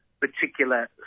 particular